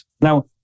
Now